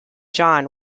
john